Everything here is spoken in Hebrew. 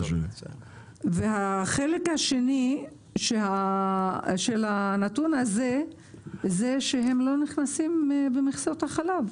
החלק השני של הנתון זה שהם לא נכנסים במכסות החלב.